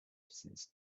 since